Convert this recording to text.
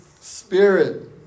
spirit